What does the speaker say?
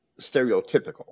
stereotypical